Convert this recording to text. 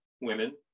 women